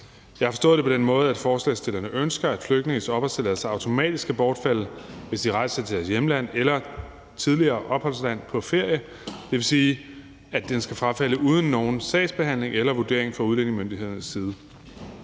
Jeg har forstået det på den måde, at forslagsstillerne ønsker, at flygtninges opholdstilladelse skal bortfalde automatisk, hvis de rejser på ferie til deres hjemland eller tidligere opholdsland. Det vil sige, at den skal bortfalde uden nogen sagsbehandling eller vurdering fra udlændingemyndighedernes side.